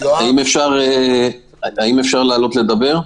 האם אפשר לעלות לדבר?